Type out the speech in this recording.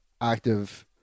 active